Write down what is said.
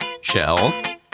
Shell